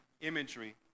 imagery